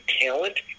talent